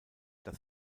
dass